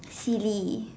silly